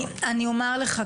אני אומר לך,